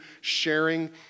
sharing